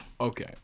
Okay